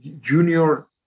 junior